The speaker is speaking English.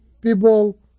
people